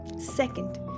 Second